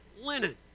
linen